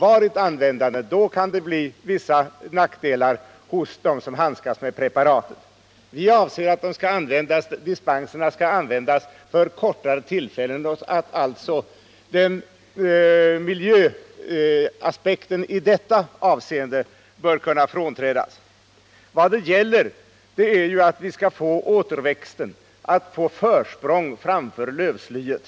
Men används de länge kan de innebära risker för dem som handskas med preparaten. Vi anser att dispenserna skall ges under kortare tid, och man bör då också kunna bortse Nr 149 från miljöaspekten. Onsdagen den Vad det gäller är att ge återväxten ett försprång framför lövslyet.